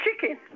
chicken